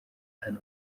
hano